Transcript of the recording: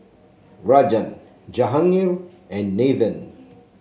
Rajan Jahangir and Nathan